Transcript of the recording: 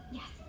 Yes